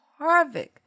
Harvick